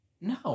No